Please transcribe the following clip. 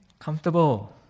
Comfortable